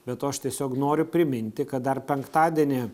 be to aš tiesiog noriu priminti kad dar penktadienį